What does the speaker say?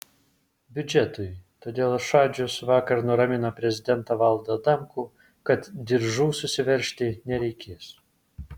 biudžetui todėl šadžius vakar nuramino prezidentą valdą adamkų kad diržų susiveržti nereikės